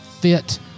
fit